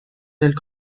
del